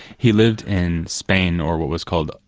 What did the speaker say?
he lived in spain, or what was called,